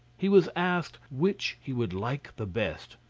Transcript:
he was asked which he would like the best,